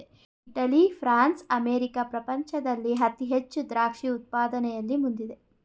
Italy, France, America ಪ್ರಪಂಚದಲ್ಲಿ ಅತಿ ಹೆಚ್ಚು ದ್ರಾಕ್ಷಿ ಉತ್ಪಾದನೆಯಲ್ಲಿ ಮುಂದಿದೆ